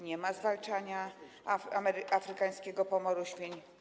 Nie ma zwalczania afrykańskiego pomoru świń.